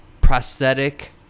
prosthetic